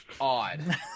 odd